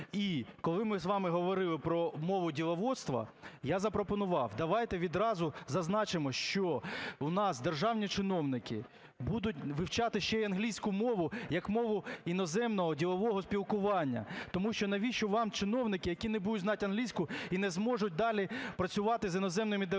І коли ми з вами говорили про мову діловодства, я запропонував: давайте відразу зазначимо, що у нас державні чиновники будуть вивчати ще і англійську мову як мову іноземного ділового спілкування. Тому що навіщо вам чиновники, які не будуть знати англійську і не зможуть далі працювати з іноземними делегаціями?